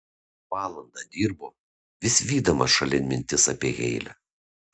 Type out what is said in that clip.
valandą dirbo vis vydamas šalin mintis apie heile